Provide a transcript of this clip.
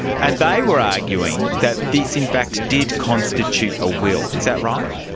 and they were arguing that this in fact did constitute a will, is that right?